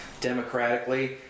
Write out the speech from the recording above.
democratically